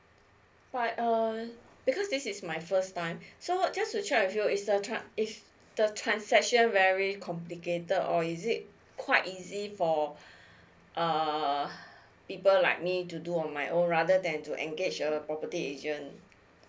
why err because this is my first time so just to check with you is the tran~ is the transaction very complicated or is it quite easy for err people like me to do my own rather than to engage a property agent